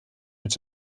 mit